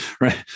right